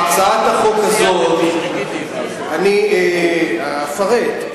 אני אפרט,